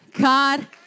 God